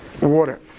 water